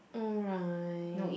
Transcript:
alright